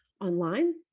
online